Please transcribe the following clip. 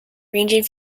ranging